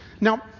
Now